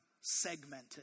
segmented